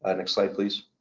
ah next slide, please.